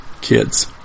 kids